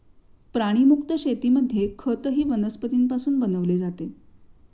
प्राणीमुक्त शेतीमध्ये खतही वनस्पतींपासून बनवले जाते